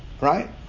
Right